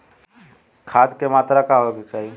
खाध के मात्रा का होखे के चाही?